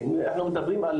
אנחנו מדברים,